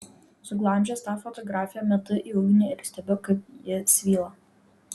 suglamžęs tą fotografiją metu į ugnį ir stebiu kaip ji svyla